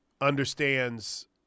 understands